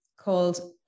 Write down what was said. called